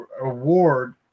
award